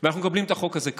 ואנחנו מקבלים את החוק הזה כאן.